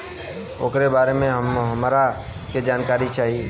ओकरा बारे मे हमरा के जानकारी चाही?